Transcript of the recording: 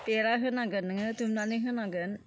बेरा होनांगोन नोङो दुमनानै होनांगोन